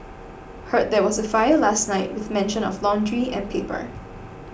heard there was a fire last night with mention of laundry and paper